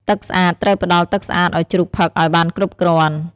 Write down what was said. ទឹកស្អាត ត្រូវផ្តល់ទឹកស្អាតឲ្យជ្រូកផឹកឲ្យបានគ្រប់គ្រាន់។